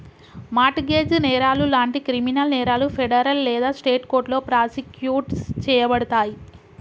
mart gauge నేరాలు లాంటి criminal నేరాలు ఫెడరల్ లేదా స్టేట్ కోర్టులో ప్రాసిక్యూట్ చేయబడతయి